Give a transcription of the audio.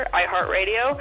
iHeartRadio